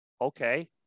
Okay